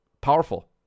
Powerful